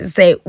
say